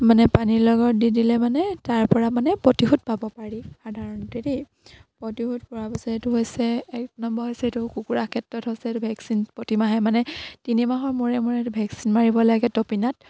মানে পানীৰ লগত দি দিলে মানে তাৰ পৰা মানে প্ৰতিষেধক পাব পাৰি সাধাৰণতে দেই প্ৰতিষেধক পোৱাৰ পাছত এইটো হৈছে এক নম্বৰ হৈছে এইটো কুকুৰা ক্ষেত্ৰত হৈছে এইটো ভেকচিন প্ৰতিমাহে মানে তিনিমাহৰ মূৰে মূৰে ভেকচিন মাৰিব লাগে তপিনাত